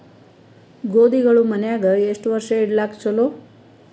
ಗೋಧಿಗಳು ಮನ್ಯಾಗ ಎಷ್ಟು ವರ್ಷ ಇಡಲಾಕ ಚಲೋ?